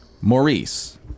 Maurice